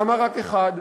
למה רק אחד?